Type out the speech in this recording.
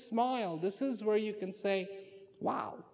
smile this is where you can say wow